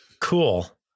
Cool